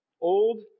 Old